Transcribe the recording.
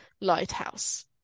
lighthouse